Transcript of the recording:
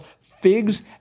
figs